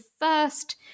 first